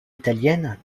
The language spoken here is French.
italienne